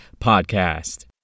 PODCAST